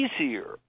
easier